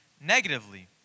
negatively